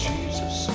Jesus